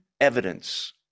evidence